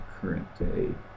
current-day